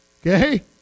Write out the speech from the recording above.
Okay